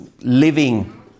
living